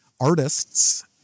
artists